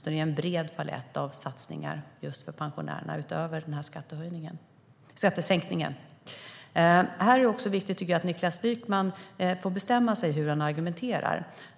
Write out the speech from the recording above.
Det är en bred palett av satsningar för pensionärerna utöver skattesänkningen. Här är det viktigt att Niklas Wykman bestämmer sig för hur han ska argumentera.